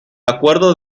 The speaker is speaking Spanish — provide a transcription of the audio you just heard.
acuerdo